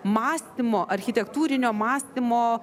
mąstymo architektūrinio mąstymo